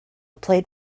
played